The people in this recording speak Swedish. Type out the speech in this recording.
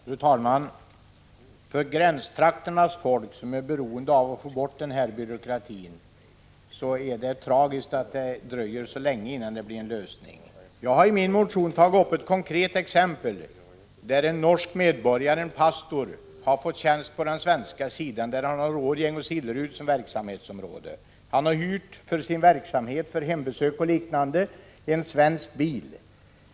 Fru talman! För gränstrakternas folk, som är beroende av att få bort den byråkrati som berörs här, är det tragiskt att det dröjer så länge som det gör innan det blir en lösning. Jag har i min fråga tagit upp ett konkret exempel. En norsk medborgare — en pastor — har fått tjänst på den svenska sidan, där han har Årjäng och Sillerud som verksamhetsområden. Han har för sin verksamhet — hembesök och liknande — hyrt en svensk bil.